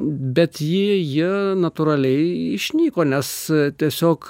bet ji ji natūraliai išnyko nes tiesiog